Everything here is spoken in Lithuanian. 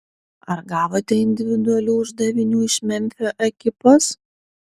ar gavote individualių uždavinių iš memfio ekipos